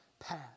path